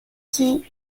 qui